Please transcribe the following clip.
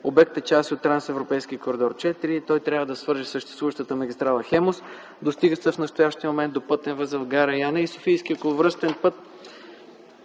обектът е част от трансевропейския Коридор 4 и той трябва да свърже съществуващата магистрала „Хемус”, достигаща в настоящия момент до Пътен възел гара Яна и Софийски околовръстен път